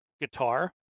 guitar